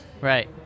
Right